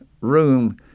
room